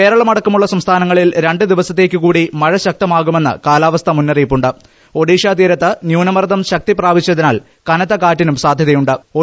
കേരളം അടക്കമുളള സംസ്ഥാനങ്ങളിൽ ര ു ദിവസത്തേയ്ക്കു കൂടി മഴ ശക്തമാകുമെന്ന് കാലാവസ്ഥാ മുന്നറിയിപ്പു ഒഡീഷ തീരത്ത് ന്യൂനമർദ്ദം ശക്തിപ്രാപിച്ചതിനാൽ കനത്ത കാറ്റിനും സാധ്യതയു ്